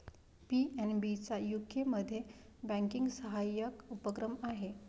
PNB चा यूकेमध्ये banking सहाय्यक उपक्रम आहे